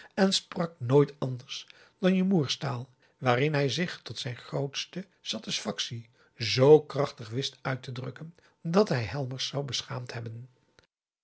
en sprak nooit anders dan je moêrs taal waarin hij zich tot zijn groote saksefactie zoo krachtig wist uit te drukken dat hij helmers zou beschaamd hebben